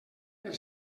per